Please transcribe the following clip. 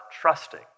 trusting